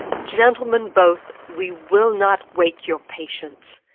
gentlemen both, we will not wake your patience.